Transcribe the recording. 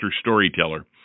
storyteller